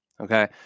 Okay